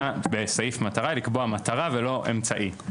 בסעיף מטרה היא לקבוע מטרה ולא אמצעי.